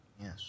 Yes